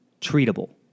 treatable